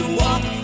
walk